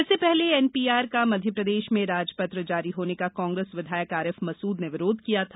इससे पहले एनपीआर का मध्य प्रदेश में राजपत्र जारी होने का कांग्रेस विधायक आरिफ मसूद ने विरोध किया था